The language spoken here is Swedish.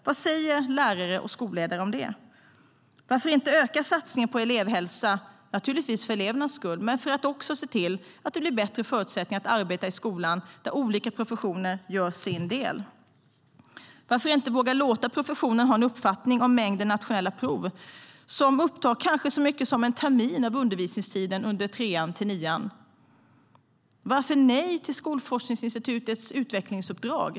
Vad säger lärare och skolledare? Varför inte våga låta professionen ha en uppfattning om mängden nationella prov, som upptar kanske så mycket som en termin av undervisningstiden i årskurs 3-9?Varför nej till Skolforskningsinstitutets utvecklingsuppdrag?